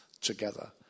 together